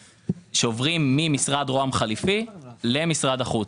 שעוברים ממשרד ראש הממשלה החליפי למשרד החוץ.